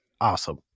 awesome